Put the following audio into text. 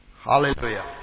Hallelujah